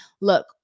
look